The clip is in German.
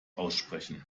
aussprechen